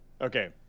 Okay